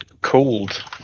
called